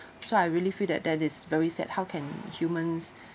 so I really feel that that is very sad how can humans